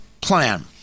plan